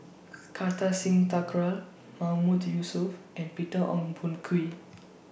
Kartar Singh Thakral Mahmood Yusof and Peter Ong Boon Kwee